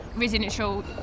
residential